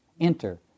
Enter